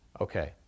Okay